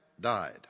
died